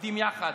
עובדים יחד.